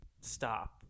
stop